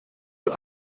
you